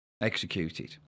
executed